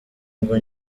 ngo